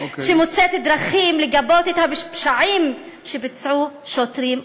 שמוצאת דרכים לגבות פשעים שביצעו שוטרים,